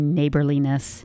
neighborliness